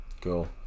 Cool